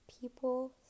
people